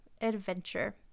adventure